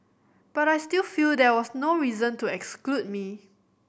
but I still feel there was no reason to exclude me